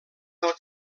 del